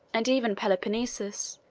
and even peloponnesus,